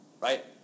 Right